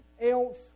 else